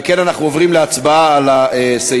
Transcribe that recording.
על כן אנחנו עוברים להצבעה על הסעיפים.